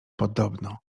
podobno